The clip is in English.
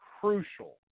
crucial